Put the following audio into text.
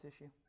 issue